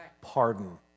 pardon